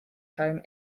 home